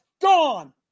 gone